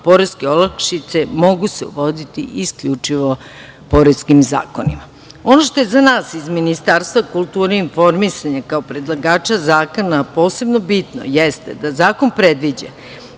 Poreske olakšice mogu se voditi isključivo poreskim zakonima. Ono što je za nas iz Ministarstva kulture i informisanje, kao predlagača zakon,a posebno bitno jeste da zakon previđa